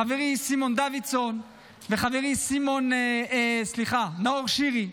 חברי סימון דוידסון וחברי נאור שירי,